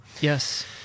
yes